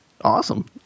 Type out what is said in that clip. Awesome